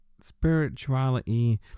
spirituality